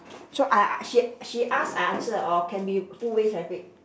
so I she she ask I answer or can be two ways I pick